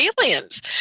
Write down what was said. aliens